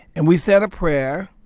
and we said a prayer.